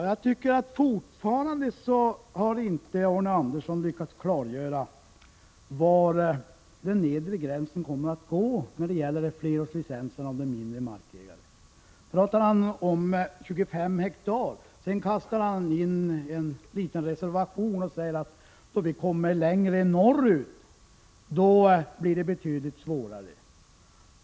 Herr talman! Fortfarande har Arne Andersson i Ljung inte lyckats klargöra var den nedre gränsen kommer att dras när det gäller flerårslicenser för mindre markägare. Han talar om 25 hektar. Men sedan gör han reservationen att det blir betydligt svårare när det gäller områdena längre norrut.